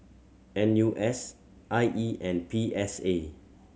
N U S I E and P S A